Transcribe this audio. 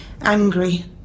Angry